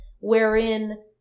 wherein